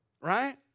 Right